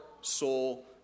soul